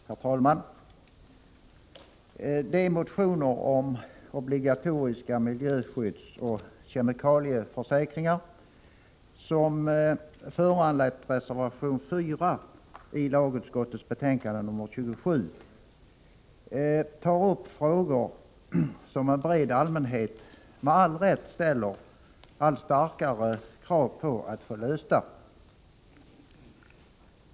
Herr talman! De motioner om obligatoriska miljöskyddsoch kemikalieförsäkringar som föranlett reservation 4 i lagutskottets betänkande nr 27 tar upp problem som en bred allmänhet med all rätt ställer allt starkare krav på att få lösta.